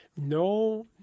no